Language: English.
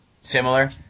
similar